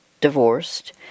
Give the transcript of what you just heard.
divorced